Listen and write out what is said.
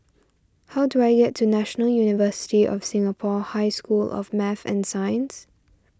how do I get to National University of Singapore High School of Math and Science